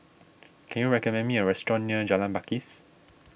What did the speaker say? can you recommend me a restaurant near Jalan Pakis